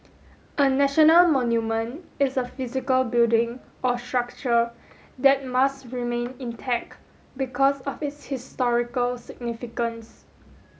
a national monument is a physical building or structure that must remain intact because of its historical significance